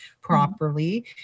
properly